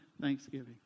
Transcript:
Thanksgiving